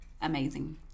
amazing